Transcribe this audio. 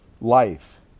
life